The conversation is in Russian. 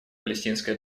палестинской